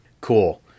Cool